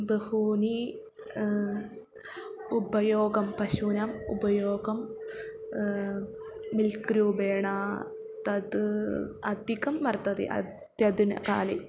बहूनि उपयोगं पशूनाम् उपयोगं मिल्क् रूपेण तत् अधिकं वर्तते अधुनाकाले